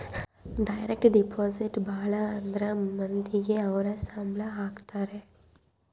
direct deposit ಭಾಳ ಅಂದ್ರ ಮಂದಿಗೆ ಅವ್ರ ಸಂಬ್ಳ ಹಾಕತರೆ